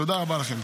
תודה רבה לכם.